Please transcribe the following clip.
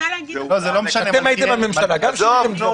כשאתם הייתם בממשלה גם שיניתם דברים.